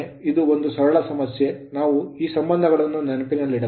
ಇದು ಒಂದು ಸರಳ ಸಮಸ್ಯೆ ನಾವು ಈ ಸಂಬಂಧಗಳನ್ನು ನೆನಪಿನಲ್ಲಿಡಬೇಕು